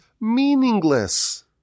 meaningless